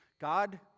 God